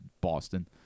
Boston